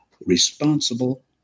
responsible